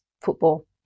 football